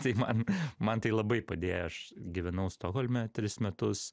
tai man man tai labai padėjo aš gyvenau stokholme tris metus